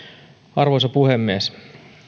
arvoisa puhemies